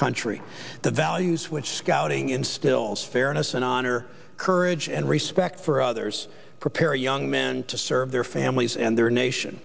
country the values which scouting instills fairness and honor courage and respect for others prepare young men to serve their families and their nation